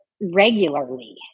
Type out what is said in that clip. regularly